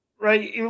right